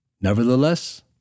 Nevertheless